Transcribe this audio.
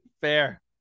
Fair